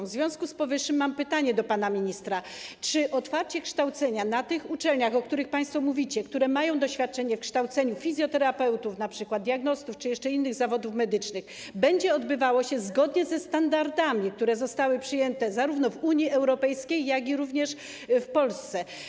W związku z powyższym mam pytanie do pana ministra: Czy otwarcie kształcenia na tych uczelniach, o których państwo mówicie, które mają doświadczenie w kształceniu np. fizjoterapeutów, diagnostów czy jeszcze innych zawodów medycznych, będzie odbywało się zgodnie ze standardami, które zostały przyjęte zarówno w Unii Europejskiej, jak i w Polsce?